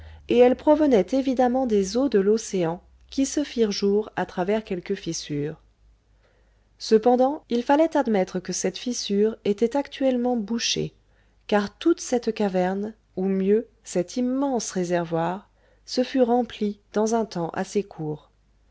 et elle provenait évidemment des eaux de l'océan qui se firent jour à travers quelque fissure cependant il fallait admettre que cette fissure était actuellement bouchée car toute cette caverne ou mieux cet immense réservoir se fût rempli dans un temps assez court